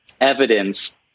evidence